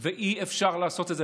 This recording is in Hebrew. ואי-אפשר לעשות את זה,